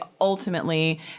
ultimately